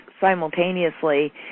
simultaneously